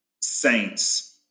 Saints